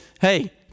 hey